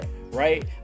right